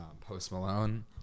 post-Malone